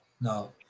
No